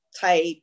type